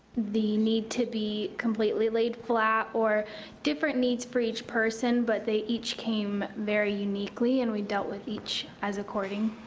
the need to be completely laid flat or different needs for each person, but they each came very uniquely, and we dealt with each as according.